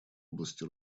области